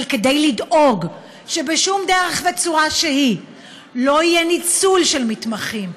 אבל כדי לדאוג שבשום דרך וצורה שהיא לא יהיה ניצול של מתמחים,